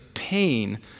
pain